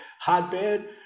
hotbed